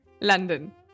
London